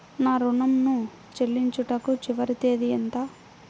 నా ఋణం ను చెల్లించుటకు చివరి తేదీ ఎంత?